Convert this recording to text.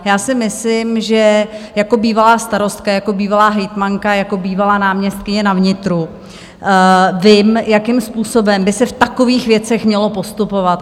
Já si myslím, že jako bývalá starostka, jako bývalá hejtmanka, jako bývalá náměstkyně na vnitru vím, jakým způsobem by se v takových věcech mělo postupovat.